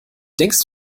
denkst